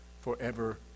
forever